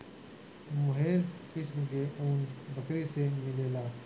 मोहेर किस्म के ऊन बकरी से मिलेला